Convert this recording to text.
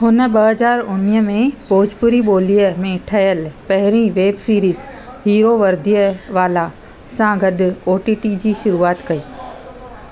हुन ॿ हज़ार उणिवीह में भोजपुरी ॿोलीअ में ठहियलु पहिरीं वेब सीरीज़ हीरो वर्दीअ वाला सां गॾु ओटीटी जी शुरूआत कई